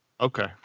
Okay